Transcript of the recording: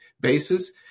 basis